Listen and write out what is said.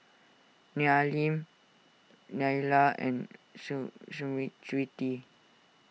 Neelam Neila and Smriti